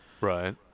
Right